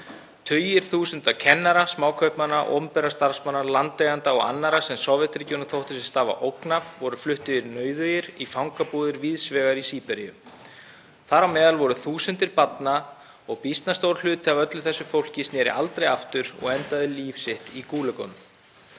Tugir þúsunda kennara, smákaupmanna, opinberra starfsmanna, landeiganda og annarra sem Sovétríkjunum þótti stafa ógn af, voru fluttir nauðugir í fangabúðir víðs vegar í Síberíu. Þar á meðal voru þúsundir barna og býsna stór hluti af öllu þessu fólki sneri aldrei aftur og endaði líf sitt í Gúlaginu.